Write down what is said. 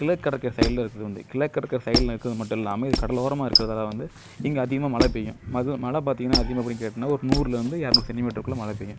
கிழக்கு கடற்கரை சைடில் இருக்கு வந்து கிழக்கு கடற்கரை சைடில் இருக்கிறது மட்டும் இல்லாமல் இது வந்து கடலோரமாக இருக்கிறதால வந்து இங்கே அதிகமாக மழை பெய்யும் மழை பார்த்திங்கன்னா அதிகமாக எப்படினு கேட்டிங்கன்னா ஒரு நூறில் இருந்து இருநூறு சென்டிமீட்டருக்குள்ள மழை பெய்யும்